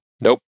Nope